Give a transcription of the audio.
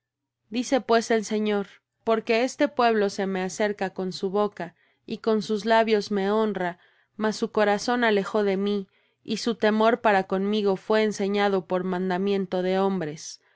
dice pues el señor porque este pueblo se me acerca con su boca y con sus labios me honra mas su corazón alejó de mí y su temor para conmigo fué enseñado por mandamiento de hombres